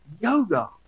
Yoga